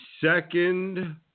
second